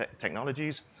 technologies